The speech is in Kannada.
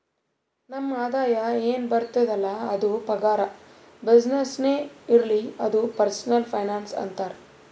ನಮ್ ಆದಾಯ ಎನ್ ಬರ್ತುದ್ ಅಲ್ಲ ಅದು ಪಗಾರ, ಬಿಸಿನ್ನೆಸ್ನೇ ಇರ್ಲಿ ಅದು ಪರ್ಸನಲ್ ಫೈನಾನ್ಸ್ ಅಂತಾರ್